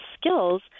skills